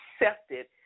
Accepted